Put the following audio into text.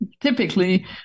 typically